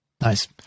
Nice